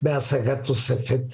בהשגת תוספת,